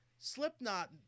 Slipknot